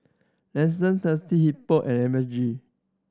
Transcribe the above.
Lexus Thirsty Hippo and M A G